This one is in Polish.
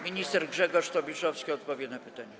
Minister Grzegorz Tobiszowski odpowie na pytanie.